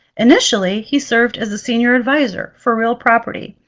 initially he served as a senior advisor for real property.